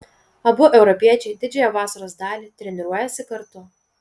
abu europiečiai didžiąją vasaros dalį treniruojasi kartu